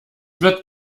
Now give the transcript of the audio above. wird